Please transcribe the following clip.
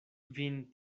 vin